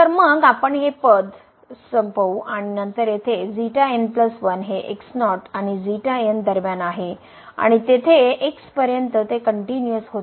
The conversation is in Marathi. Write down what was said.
तर मग आपण हे पद संपवू आणि नंतर येथे हे आणि दरम्यान आहे आणि तिथे पर्यंत ते कनट्युनिअस होते